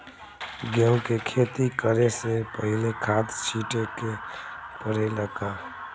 गेहू के खेती करे से पहिले खाद छिटे के परेला का?